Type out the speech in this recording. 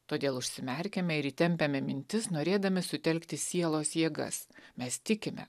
todėl užsimerkiame ir įtempiame mintis norėdami sutelkti sielos jėgas mes tikime